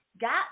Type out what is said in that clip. got